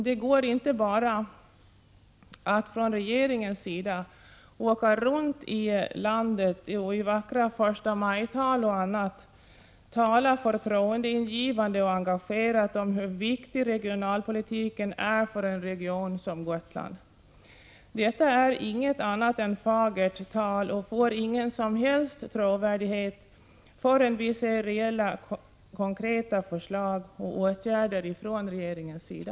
Det går inte att som regeringen gör bara åka runt i landet och i vackra förstamajtal och annat uttrycka sig förtroendeingivande och engagerat om hur viktig regionalpolitiken är för en region som Gotland. Detta är inget annat än fagert tal och får ingen som helst trovärdighet förrän vi ser reella, konkreta förslag och åtgärder från regeringens sida.